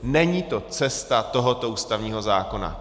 Není to cesta tohoto ústavního zákona.